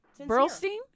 Burlstein